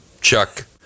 Chuck